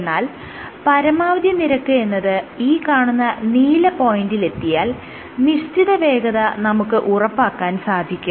എന്നാൽ പരമാവധി നിരക്ക് എന്നത് ഈ കാണുന്ന നീല പോയിന്റിൽ എത്തിയാൽ നിശ്ചിത വേഗത നമുക്ക് ഉറപ്പാക്കാൻ സാധിക്കും